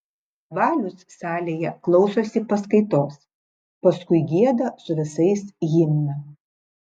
valius salėje klausosi paskaitos paskui gieda su visais himną